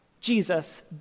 Jesus